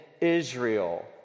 Israel